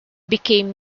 became